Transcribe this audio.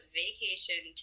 vacation